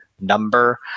number